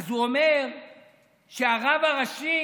הוא אומר שהרב הראשי